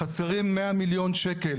חסרים 100 מיליון שקל